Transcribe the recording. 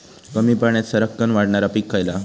कमी पाण्यात सरक्कन वाढणारा पीक खयला?